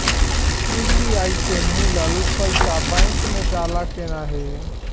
UPI से मिलल पईसा बैंक मे जाला की नाहीं?